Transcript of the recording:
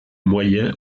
moyen